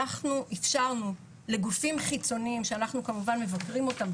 אנחנו אפשרנו לגופים חיצוניים שאנחנו כמובן מבקרים אותם,